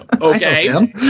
Okay